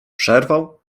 przerwał